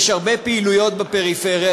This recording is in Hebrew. יש הרבה פעילויות בפריפריה,